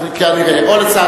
הנושא.